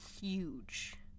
huge